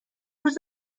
روز